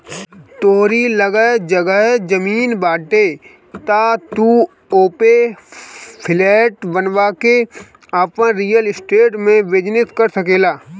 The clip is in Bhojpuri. तोहरी लगे जगह जमीन बाटे तअ तू ओपे फ्लैट बनवा के आपन रियल स्टेट में बिजनेस कर सकेला